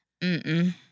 Mm-mm